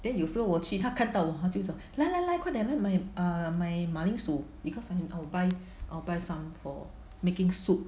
then 有时候我去他看到我他就讲来来来快点来买 err 买马铃薯 because sometime I will buy I will buy some for making soup